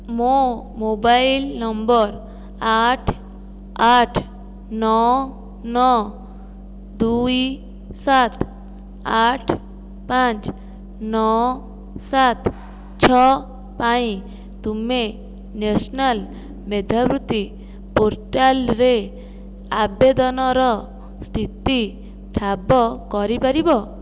ମୋ mobile number ଆଠ ଆଠ ନଅ ନଅ ଦୁଇ ସାତ ଆଠ ପାଞ୍ଚ ନଅ ସାତ ଛଅ ପାଇଁ ତୁମେ ନ୍ୟାସନାଲ୍ ମେଧାବୃତ୍ତି ପୋର୍ଟାଲରେ ଆବେଦନର ସ୍ଥିତି ଠାବ କରିପାରିବ